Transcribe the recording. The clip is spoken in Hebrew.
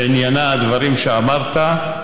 ועניינה הדברים שאמרת.